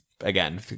again